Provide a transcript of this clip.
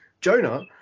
Jonah